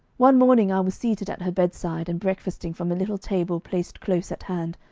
one morning i was seated at her bedside, and breakfasting from a little table placed close at hand,